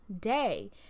day